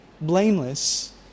blameless